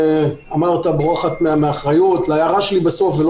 שאמרת שרח"ל בורחת מאחריות רח"ל עוסקת ללא